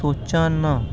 सोचा ना